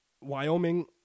Wyoming